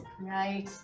Right